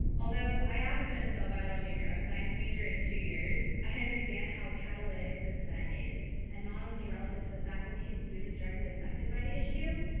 although i haven't been a cell biology and neuroscience major in two years, i understand how catalytic this event is. and not only relevant to the faculty and students directly affected by the issue,